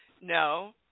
No